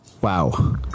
wow